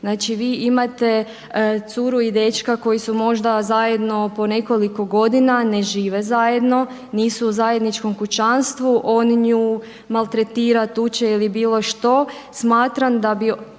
Znači vi imate curu i dečka koji su možda zajedno po nekoliko godina, ne žive zajedno, nisu u zajedničkom kućanstvu. On nju maltretira, tuče ili bilo što. Smatram da bi